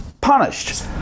punished